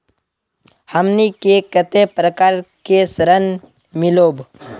हमनी के कते प्रकार के ऋण मीलोब?